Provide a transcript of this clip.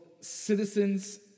citizens